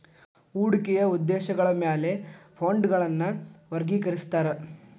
ಹೂಡಿಕೆಯ ಉದ್ದೇಶಗಳ ಮ್ಯಾಲೆ ಫಂಡ್ಗಳನ್ನ ವರ್ಗಿಕರಿಸ್ತಾರಾ